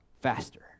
faster